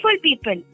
people